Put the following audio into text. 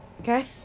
Okay